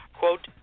quote